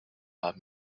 haben